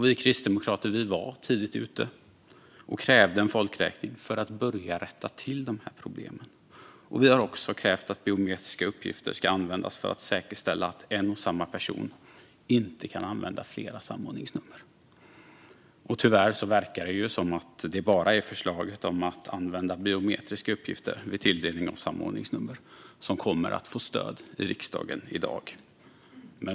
Vi kristdemokrater var tidigt ute och krävde en folkräkning för att börja rätta till de här problemen. Vi har också krävt att biometriska uppgifter ska användas för att säkerställa att en och samma person inte kan använda flera samordningsnummer. Tyvärr verkar det som att det bara är förslaget om att använda biometriska uppgifter vid tilldelning av samordningsnummer som kommer att få stöd i riksdagen i dag.